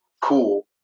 cool